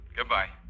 Goodbye